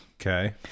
Okay